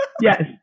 Yes